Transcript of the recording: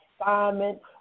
assignment